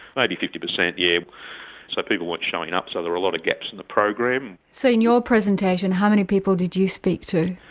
maybe fifty percent, yes. so people weren't showing up, so there were a lot of gaps in the program. so in your presentation, how many people did you speak to?